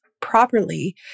properly